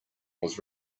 was